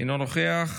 אינו נוכח,